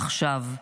עכשיו.